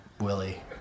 Willie